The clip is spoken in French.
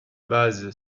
base